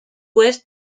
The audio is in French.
ouest